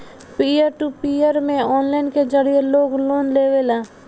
पियर to peer में online के जरिए लोग लोन लेवेला